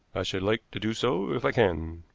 i should like to do so, if i can.